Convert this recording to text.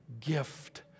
gift